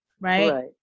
Right